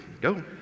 go